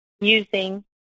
Using